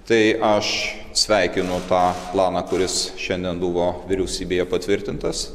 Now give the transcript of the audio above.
tai aš sveikinu tą planą kuris šiandien buvo vyriausybėje patvirtintas